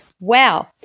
Wow